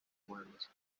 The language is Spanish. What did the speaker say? muebles